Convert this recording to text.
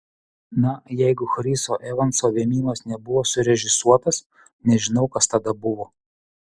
na jeigu chriso evanso vėmimas nebuvo surežisuotas nežinau kas tada buvo